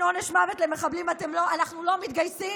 עונש מוות למחבלים אנחנו לא מתגייסים?